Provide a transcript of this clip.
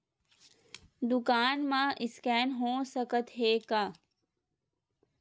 दुकान मा स्कैन हो सकत हे का?